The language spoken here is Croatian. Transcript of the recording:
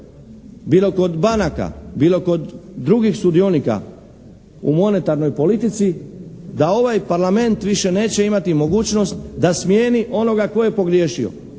bilo kod banaka, bilo kod drugih sudionika u monetarnoj politici da ovaj Parlament više neće imati mogućnost da smijeni onoga tko je pogriješio